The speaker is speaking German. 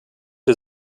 der